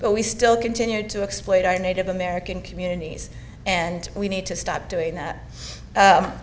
we still continue to exploit our native american communities and we need to stop doing that